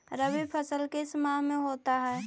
रवि फसल किस माह में होता है?